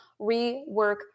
rework